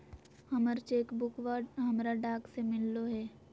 हमर चेक बुकवा हमरा डाक से मिललो हे